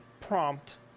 prompt